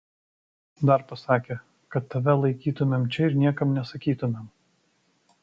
dar pasakė kad tave laikytumėm čia ir niekam nesakytumėm